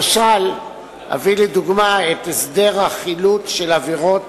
אביא לדוגמה את הסדר החילוט של עבירות